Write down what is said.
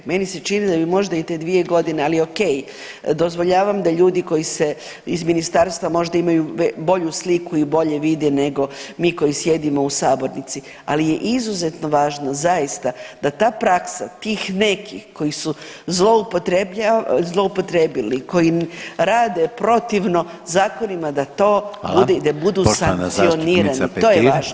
Meni se čini da bi možda i te 2 godine, ali ok, dozvoljavam da ljudi koji se iz ministarstva možda imaju bolju sliku i bolje vide nego mi koji sjedimo u sabornici, ali je izuzetno važno zaista da ta praksa tih nekih koji su zloupotrebili, koji rade protivno zakonima da to [[Upadica: Hvala.]] ljudi da budu sankcionirani, to je važno.